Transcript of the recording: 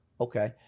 Okay